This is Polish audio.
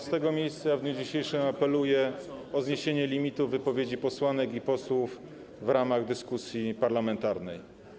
Z tego miejsca w dniu dzisiejszym apeluję o zniesienie limitu wypowiedzi posłanek i posłów w ramach dyskusji parlamentarnej.